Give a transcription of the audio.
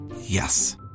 Yes